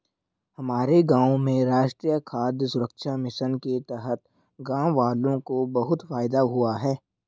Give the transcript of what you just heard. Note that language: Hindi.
हमारे गांव में राष्ट्रीय खाद्य सुरक्षा मिशन के तहत गांववालों को बहुत फायदा हुआ है